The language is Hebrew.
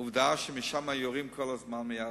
עובדה שמשם יורים כל הזמן, מעזה,